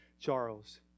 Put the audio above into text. Charles